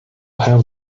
how